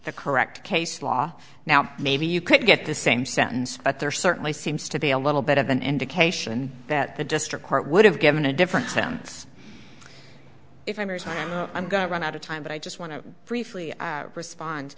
the correct case law now maybe you could get the same sentence but there certainly seems to be a little bit of an indication that the district court would have given a different stance if i'm going to run out of time but i just want to briefly respond